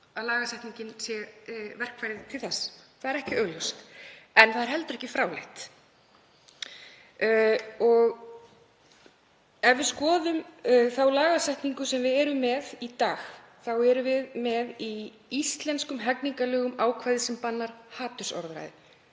að lagasetning sé verkfæri til þess. Það er ekki augljóst, en það er heldur ekki fráleitt. Ef við skoðum þá lagasetningu sem við erum með í dag erum við með í íslenskum hegningarlögum ákvæði sem bannar hatursorðræðu,